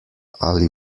ali